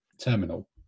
terminal